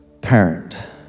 parent